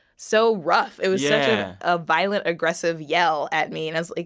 so rough. it was yeah a violent, aggressive yell at me. and i was like,